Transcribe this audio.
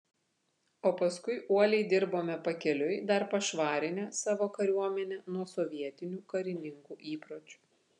o paskui uoliai dirbome pakeliui dar pašvarinę savo kariuomenę nuo sovietinių karininkų įpročių